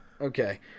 Okay